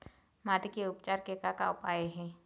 माटी के उपचार के का का उपाय हे?